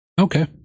Okay